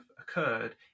occurred